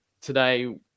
today